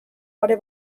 pare